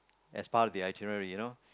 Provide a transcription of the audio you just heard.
as part of the itinerary you know